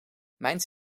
mijns